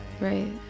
Right